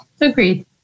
Agreed